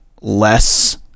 less